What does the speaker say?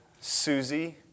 Susie